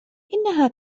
إنها